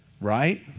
right